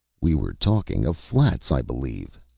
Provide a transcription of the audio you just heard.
we were talking of flats, i believe,